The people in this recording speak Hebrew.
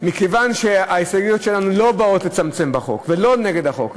מכיוון שההסתייגויות שלנו לא באות לצמצם את החוק והן לא נגד החוק,